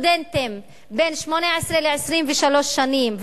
סטודנטים בני 18 23 שנים,